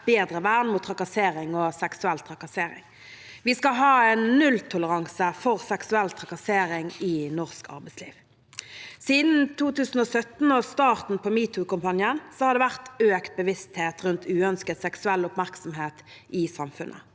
bedre vern mot trakassering og seksuell trakassering. Vi skal ha nulltoleranse for seksuell trakassering i norsk arbeidsliv. Siden 2017 og starten på metoo-kampanjen har det vært økt bevissthet rundt uønsket seksuell oppmerksomhet i samfunnet.